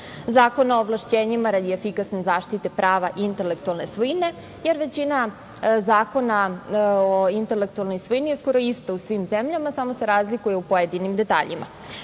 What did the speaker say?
Zakona o ovlašćenjima radi efikasne zaštite prava intelektualne svojine, jer većina zakona o intelektualnoj svojini je skori ista u svim zemljama samo se razlikuje u pojedinim detaljima. Republika